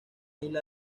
isla